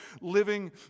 living